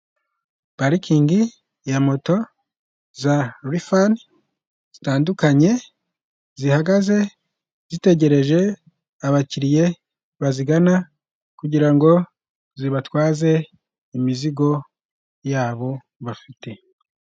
Parikingi ya moto za rifani zitandukanye zihagaze zitegereje abakiriya bazigana kugira ngo zibatwaze imizigo yabo bafite.